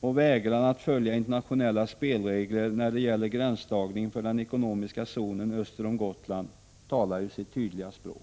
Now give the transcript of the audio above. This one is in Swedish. och vägran att följa internationella spelregler när det gäller gränsdragningen för den ekonomiska zonen öster om Gotland talar sitt tydliga språk.